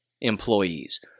employees